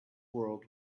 world